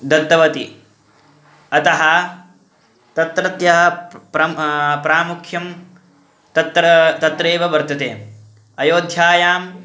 दत्तवती अतः तत्रत्यः प्रम् प्रामुख्यं तत्र तत्रैव वर्तते अयोध्यायां